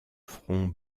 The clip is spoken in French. front